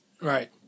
Right